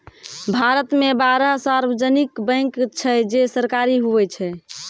भारत मे बारह सार्वजानिक बैंक छै जे सरकारी हुवै छै